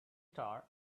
star